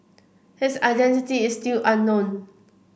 his identity is still unknown